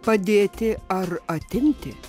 padėti ar atimti